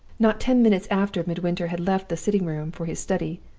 not ten minutes after midwinter had left the sitting-room for his study,